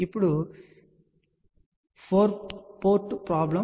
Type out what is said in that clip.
ఇప్పుడు ఇది ఏమీ కాదు 4 పోర్ట్ ప్రాబ్లమ్